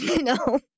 No